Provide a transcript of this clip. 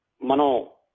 mano